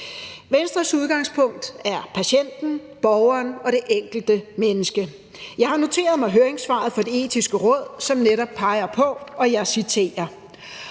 Venstres udgangspunkt er patienten, borgeren og det enkelte menneske. Jeg har noteret mig høringssvaret fra Det Etiske Råd, som netop peger på – og jeg citerer: